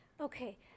Okay